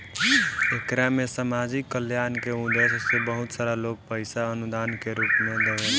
एकरा में सामाजिक कल्याण के उद्देश्य से बहुत सारा लोग पईसा अनुदान के रूप में देवेला